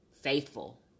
faithful